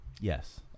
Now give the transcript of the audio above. Yes